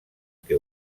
que